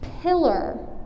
pillar